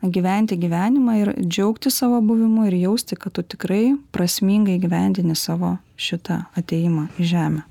gyventi gyvenimą ir džiaugtis savo buvimu ir jausti kad tu tikrai prasmingai įgyvendini savo šitą atėjimą į žemę